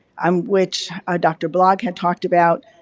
um which ah dr. blog had talked about.